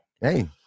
Hey